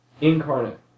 incarnate